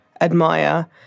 admire